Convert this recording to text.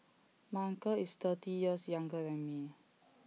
my uncle is thirty years younger than me